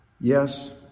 Yes